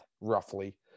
roughly